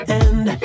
end